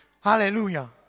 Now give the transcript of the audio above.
Hallelujah